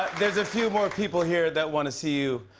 there's a few more people here that want to see you.